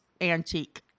antique